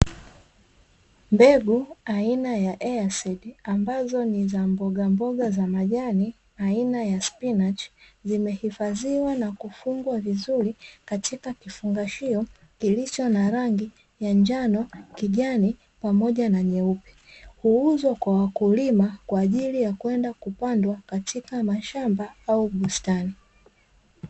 Mbegu aina ya airsidi ambazo ni za mboga mboga za majani aina ya spinach zimehifadhiwa na kufungwa vizuri katika kifungashio kilicho na rangi ya njano, kijani pamoja na nyeupe huuzwa kwa wakulima kwa ajili ya kwenda kupandwa katika mashamba au bustani.